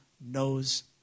knows